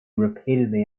repeatedly